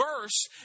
verse